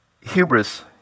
Hubris